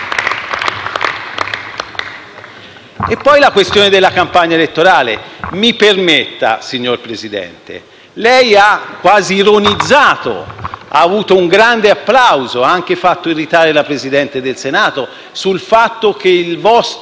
Poi la questione della campagna elettorale. Mi permetta, signor Presidente del Consiglio. Lei ha quasi ironizzato, ha avuto un grande applauso ed ha anche fatto irritare il Presidente del Senato, sul fatto che il vostro accordo